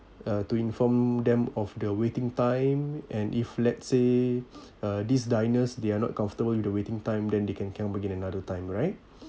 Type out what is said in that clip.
uh to inform them of the waiting time and if let's say uh these diners they are not comfortable with the waiting time then they come again another time right